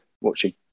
watching